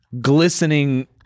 glistening